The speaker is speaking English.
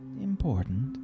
important